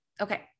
Okay